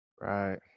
right